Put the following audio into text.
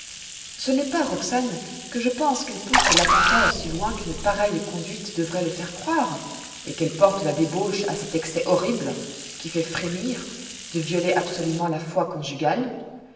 ce n'est pas roxane que je pense qu'elles poussent l'attentat aussi loin qu'une pareille conduite devroit le faire croire et qu'elles portent la débauche à cet excès horrible qui fait frémir de violer absolument la foi conjugale